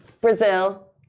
Brazil